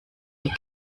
wie